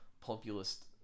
populist